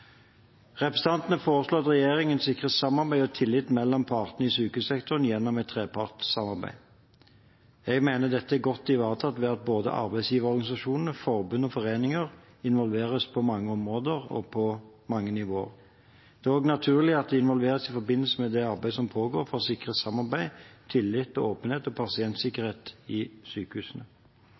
Representantene foreslår at regjeringen sikrer samarbeid og tillit mellom partene i sykehussektoren gjennom et trepartssamarbeid. Jeg mener dette er godt ivaretatt ved at både arbeidsgiverorganisasjonene, forbund og foreninger involveres på mange områder og på mange nivåer. Det er også naturlig at de involveres i forbindelse med det arbeidet som pågår for å sikre samarbeid, tillit, åpenhet og pasientsikkerhet i sykehusene.